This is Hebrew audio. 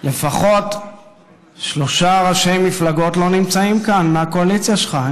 לפחות שלושה ראשי מפלגות לא נמצאים כאן מהקואליציה שלך.